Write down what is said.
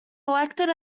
elected